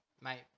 mate